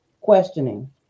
Questioning